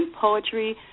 poetry